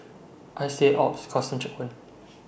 I C Alps Custom Checkpoint